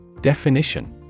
Definition